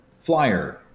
Flyer